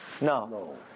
No